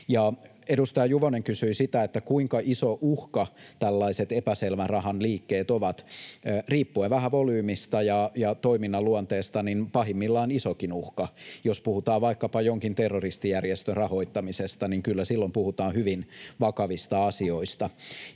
Edustaja Juvonen kysyi sitä, kuinka iso uhka tällaiset epäselvän rahan liikkeet ovat. Riippuen vähän volyymista ja toiminnan luonteesta pahimmillaan isokin uhka. Jos puhutaan vaikkapa jonkin terroristijärjestön rahoittamisesta, niin kyllä silloin puhutaan hyvin vakavista asioista.